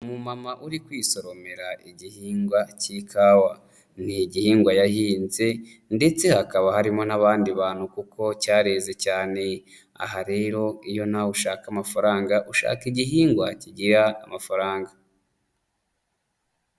Umumama uri kwisoromera igihingwa k'ikawa. Ni igihingwa yahinze ndetse hakaba harimo n'abandi bantu kuko cyareze cyane. Aha rero iyo nawe ushaka amafaranga, ushaka igihingwa kigira amafaranga.